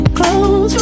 close